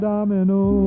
Domino